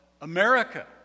America